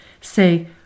Say